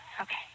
Okay